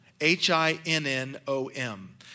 H-I-N-N-O-M